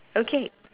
okay